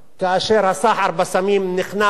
כאשר הסחר בסמים נכנס